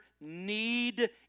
need